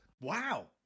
Wow